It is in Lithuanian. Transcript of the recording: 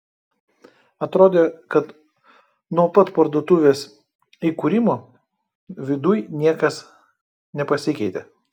atrodė kad nuo pat parduotuvės įkūrimo viduj niekas nepasikeitė